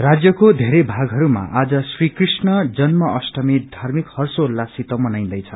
रं राज्यको धेरै भागहरूमा आज श्री कृष्ण जन्म अष्टमी धार्मिक हर्षोल्लाष सित मनाईन्दैछ